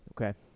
okay